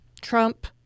Trump